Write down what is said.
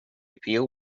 appeal